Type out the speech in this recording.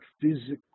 physically